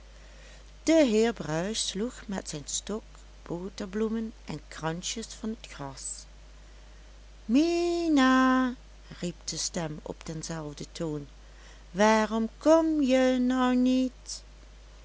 de heer bruis sloeg met zijn stok boterbloemen en kransjes van t gras mina riep de stem op denzelfden toon waarom kom je nou niet